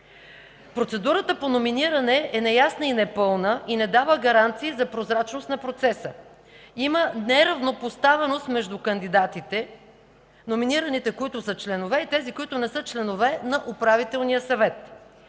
процедурата по номиниране е неясна и непълна и не дава гаранции за прозрачност на процеса; има неравнопоставеност между кандидатите – номинираните, които са членове, и тези, които не са членове на Управителния съвет;